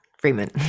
Freeman